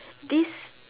this